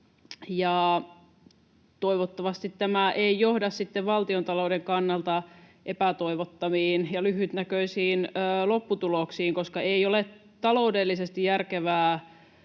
Toivottavasti tämä ei sitten johda valtiontalouden kannalta epätoivottaviin ja lyhytnäköisiin lopputuloksiin, koska ei ole taloudellisesti järkevää